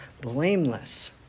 blameless